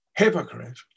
hypocrite